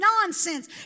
nonsense